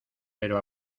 pero